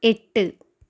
എട്ട്